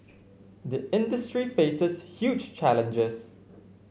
the industry faces huge challenges